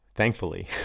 thankfully